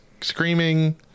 screaming